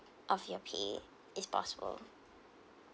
of your pay is possible